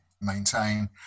maintain